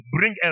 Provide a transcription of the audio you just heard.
Bring